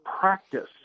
practice